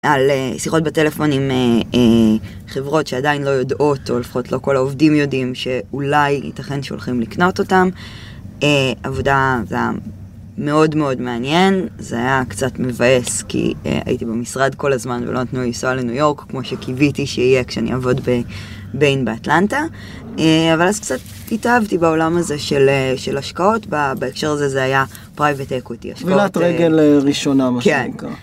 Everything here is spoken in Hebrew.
על שיחות בטלפון עם חברות שעדיין לא יודעות או לפחות לא כל העובדים יודעים שאולי ייתכן שהולכים לקנות אותם. העבודה זה ה... מאוד מאוד מעניין. זה היה קצת מבאס כי הייתי במשרד כל הזמן ולא נתנו לי לנסוע לניו יורק כמו שקיוויתי שיהיה כשאני אעבוד בביין באטלנטה. אבל אז קצת התאהבתי בעולם הזה של השקעות. בהקשר לזה זה היה פרייבט אקוטי. טבילת רגל ראשונה.